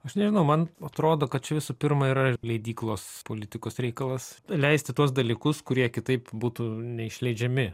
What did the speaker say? aš nežinau man atrodo kad čia visų pirma yra ir leidyklos politikos reikalas leisti tuos dalykus kurie kitaip būtų neišleidžiami